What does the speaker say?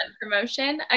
promotion